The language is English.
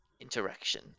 interaction